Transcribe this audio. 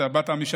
אתה באת משם,